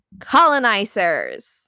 colonizers